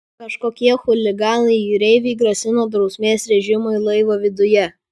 kažkokie chuliganai jūreiviai grasino drausmės režimui laivo viduje